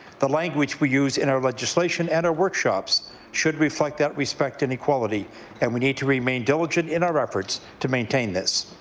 the language we use in our legislation and our workshops should reflect that respect and equality and we need to remain diligent in our efforts to maintain this.